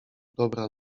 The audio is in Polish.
dobra